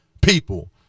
people